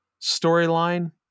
storyline